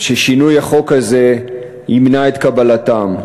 ששינוי החוק הזה ימנע את קבלתם,